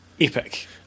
Epic